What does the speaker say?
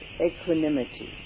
equanimity